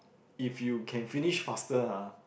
if you can finish faster ah